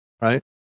right